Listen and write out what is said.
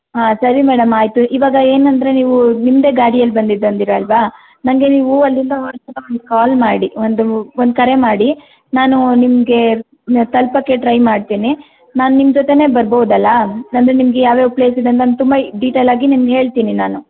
ಆಂ ಸರಿ ಮೇಡಮ್ ಆಯಿತು ಇವಾಗ ಏನಂದರೆ ನೀವು ನಿಮ್ಮದೆ ಗಾಡಿಯಲ್ಲಿ ಬಂದಿದ್ದು ಅಂದೀರಲ್ಲವಾ ನನಗೆ ನೀವು ಅಲ್ಲಿಂದ ಒಂದು ಕಾಲ್ ಮಾಡಿ ಒಂದು ಒಂದು ಕರೆ ಮಾಡಿ ನಾನೂ ನಿಮಗೆ ತಲುಪಕ್ಕೆ ಟ್ರೈ ಮಾಡ್ತೀನಿ ನಾನು ನಿಮ್ಮ ಜೊತೆನೇ ಬರ್ಬೋದಲ್ಲಾ ಅಂದರೆ ನಿಮಗೆ ಯಾವ್ಯಾವ ಪ್ಲೇಸ್ ಇದೆ ನಾನು ತುಂಬ ಡೀಟೇಲಾಗಿ ನಿಮ್ಗೆ ಹೇಳ್ತೀನಿ ನಾನು